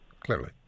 Clearly